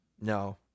No